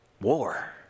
war